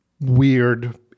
weird